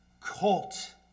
colt